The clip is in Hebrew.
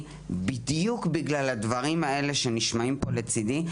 בדיוק בגלל הדברים שנשמעים פה לצדי,